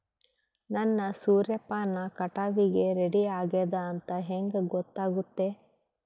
ನನ್ನ ಸೂರ್ಯಪಾನ ಕಟಾವಿಗೆ ರೆಡಿ ಆಗೇದ ಅಂತ ಹೆಂಗ ಗೊತ್ತಾಗುತ್ತೆ?